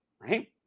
right